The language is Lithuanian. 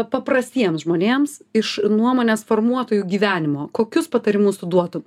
paprastiems žmonėms iš nuomonės formuotojų gyvenimo kokius patarimus tu duotum